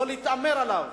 לא להתעמר בו.